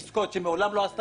שמעולם לא עשתה עסקאות.